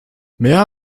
mehr